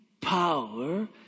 power